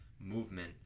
movement